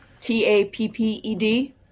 T-A-P-P-E-D